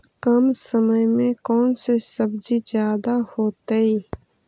कम समय में कौन से सब्जी ज्यादा होतेई?